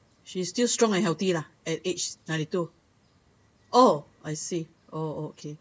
she still strong and healthy lah at age ninety two oh I see oh okay